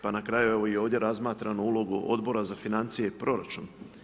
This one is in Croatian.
Pa na kraju evo i ovdje razmatranu ulogu Odbora za financije i proračun.